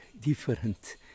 different